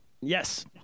yes